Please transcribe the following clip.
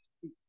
speak